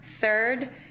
Third